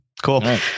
cool